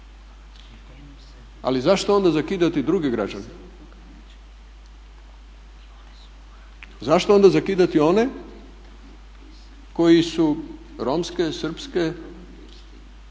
ali zašto onda zakidati druge građane, zašto onda zakidati one koji su romske, srpske ili